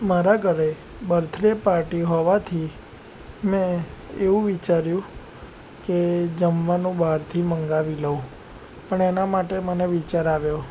મારા ઘરે birthday party હોવાથી મેં એવું વિચાર્યું કે જમવાનું બહારથી મંગાવી લઉં પણ એના માટે મને વિચાર આવ્યો